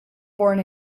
born